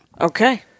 Okay